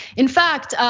in fact,